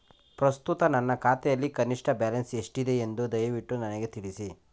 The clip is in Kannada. ಪ್ರಸ್ತುತ ನನ್ನ ಖಾತೆಯಲ್ಲಿ ಕನಿಷ್ಠ ಬ್ಯಾಲೆನ್ಸ್ ಎಷ್ಟಿದೆ ಎಂದು ದಯವಿಟ್ಟು ನನಗೆ ತಿಳಿಸಿ